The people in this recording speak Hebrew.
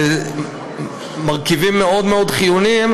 אלה מרכיבים מאוד מאוד חיוניים,